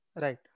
right